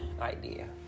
idea